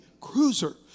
Cruiser